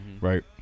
right